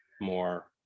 more